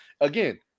Again